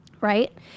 Right